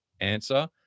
answer